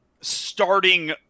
starting